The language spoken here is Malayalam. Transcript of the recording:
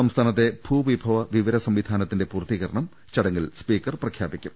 സംസ്ഥാനത്തെ ഭൂവി ഭവ വിവര സംവിധാനത്തിന്റെ പൂർത്തീകരണം ചടങ്ങിൽ സ്പീക്കർ പ്രഖ്യാപിക്കും